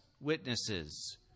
witnesses